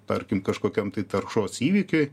tarkim kažkokiam tai taršos įvykiui